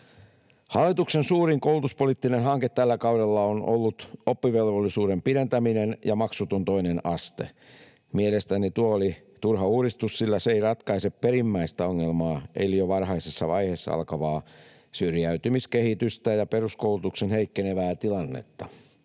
Hallituksen suurin koulutuspoliittinen hanke tällä kaudella on ollut oppivelvollisuuden pidentäminen ja maksuton toinen aste. Mielestäni tuo oli turha uudistus, sillä se ei ratkaise perimmäistä ongelmaa eli jo varhaisessa vaiheessa alkavaa syrjäytymiskehitystä ja peruskoulutuksen heikkenevää tilannetta.